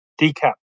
Decap